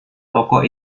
toko